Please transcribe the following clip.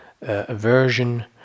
aversion